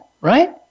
Right